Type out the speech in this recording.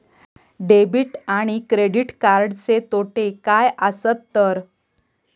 Debit आणि credit कार्डचे तोटे काय आसत तर?